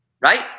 right